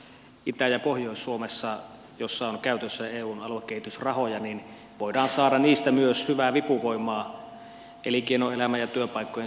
itä ja pohjois suomessa missä on käytössä eun aluekehitysrahoja voidaan saada niistä myös hyvää vipuvoimaa elinkeinoelämän ja työpaikkojen synnyttämiseksi